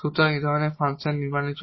সুতরাং এই ধরনের একটি ফাংশন নির্মাণের জন্য